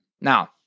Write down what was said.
Now